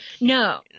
No